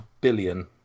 billion